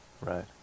Right